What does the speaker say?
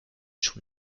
schon